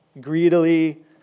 greedily